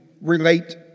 relate